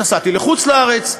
נסעתי לחוץ-לארץ,